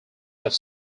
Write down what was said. have